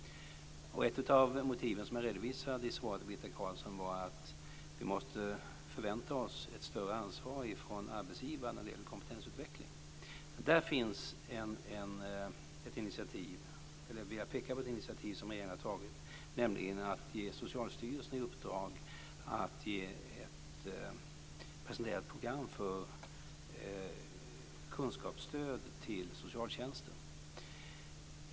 Ett av de motiv som jag redovisade i svaret till Birgitta Carlsson var att vi måste förvänta oss ett större ansvar från arbetsgivarna när det gäller kompetensutvecklingen. Jag vill därvidlag peka på ett initiativ som regeringen har tagit, nämligen att ge Socialstyrelsen i uppdrag att presentera ett program för kunskapsstöd till socialtjänsten.